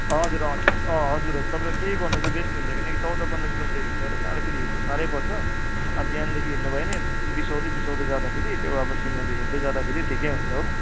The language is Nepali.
हजुर हजुर हजुर तपाईँले त्यही गर्नु चाहिँ बेस्ट हुन्छ किनकि चौध पन्ध्र किलोमिटर हिनेर जाँदाखेरि हिँड्नु सह्रै पर्छ अब बिहानदेखि हिँड्नु भयो भने बिसाउँदै बिसाउँदै जाँदाखेरि त्यो अब सिनहरू हेर्दै जाँदाखेरि ठिकै हुन्छ हो